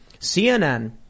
CNN